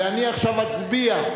אני עכשיו אצביע,